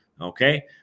Okay